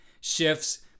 shifts